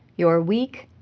your week,